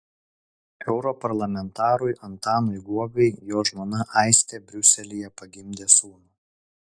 europarlamentarui antanui guogai jo žmona aistė briuselyje pagimdė sūnų